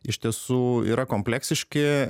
iš tiesų yra kompleksiški